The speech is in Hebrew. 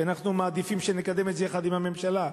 כי אנחנו מעדיפים לקדם את זה יחד עם הממשלה.